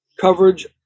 coverage